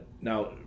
Now